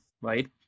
right